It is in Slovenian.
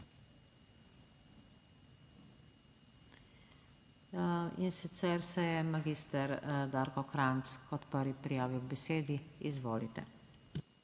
In sicer se je magister Darko Krajnc kot prvi prijavil k besedi. Izvolite.